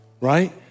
right